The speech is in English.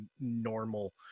normal